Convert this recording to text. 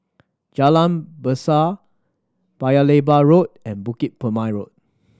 Jalan Berseh Paya Lebar Road and Bukit Road